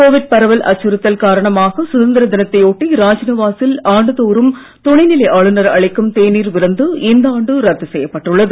Covid பரவல் அச்சுறுத்தல் காரணமாக சுதந்திர தினத்தை ஒட்டி ராஜ்நிவாசில் ஆண்டு தோறும் துணைநிலை ஆளுனர் அளிக்கும் தேனீர் விருந்து இந்த ஆண்டு ரத்து செய்யப்பட்டுள்ளது